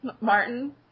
Martin